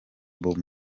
bob